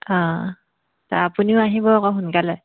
অঁ তা আপুনিও আহিব আকৌ সোনকালে